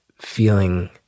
feeling